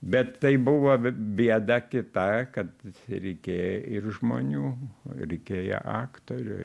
bet tai buvo bėda kita kad reikėjo ir žmonių reikėjo aktorių